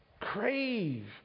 crave